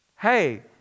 Hey